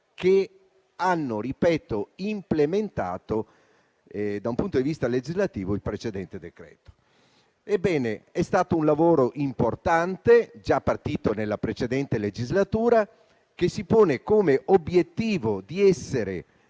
che hanno implementato, da un punto di vista legislativo, il precedente decreto. Ebbene, è stato un lavoro importante, già iniziato nella precedente legislatura, che si pone come obiettivo quello di essere